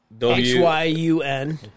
H-Y-U-N